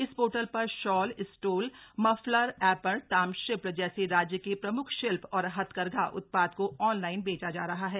इस पोर्टल पर shawl stole muffler ऐपण ताम्रशिल्प जैसे राज्य के प्रम्ख शिल्प और हथकरघा उत्पाद को ऑनलाइन बेचा जा रहा है